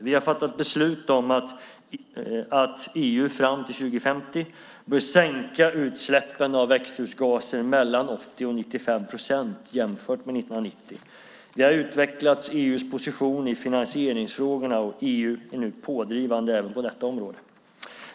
Vi har fattat beslut om att EU fram till 2050 bör sänka utsläppen av växthusgaser med 80-95 procent jämfört med 1990. Vi har utvecklat EU:s position i finansieringsfrågorna, och EU är nu pådrivande även på detta område.